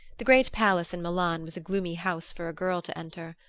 the great palace in milan was a gloomy house for a girl to enter.